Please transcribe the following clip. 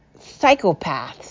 psychopaths